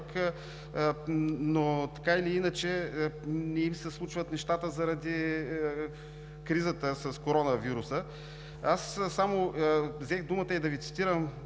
но така или иначе не им се случват нещата заради кризата с коронавируса. Аз само взех думата и да Ви цитирам